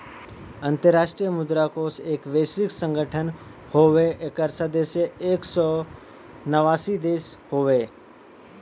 अंतराष्ट्रीय मुद्रा कोष एक वैश्विक संगठन हउवे एकर सदस्य एक सौ नवासी देश हउवे